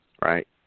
Right